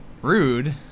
Rude